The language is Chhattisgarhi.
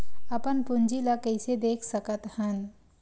अपन पूंजी ला कइसे देख सकत हन?